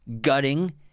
gutting